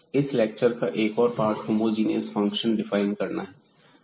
इस लेक्चर का एक और पार्ट होमोजीनियस फंक्शन डिफाइन करना है